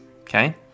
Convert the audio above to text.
okay